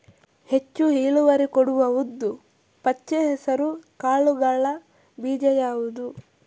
ಹೆಚ್ಚು ಇಳುವರಿ ಕೊಡುವ ಉದ್ದು, ಪಚ್ಚೆ ಹೆಸರು ಕಾಳುಗಳ ಬೀಜ ಯಾವುದು?